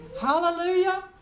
hallelujah